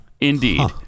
Indeed